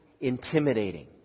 intimidating